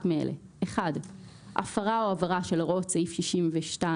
מאלה: הפרה או עבירה של הוראות סעיף 62(12)